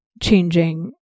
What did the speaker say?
changing